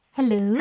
Hello